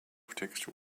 textual